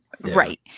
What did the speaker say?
right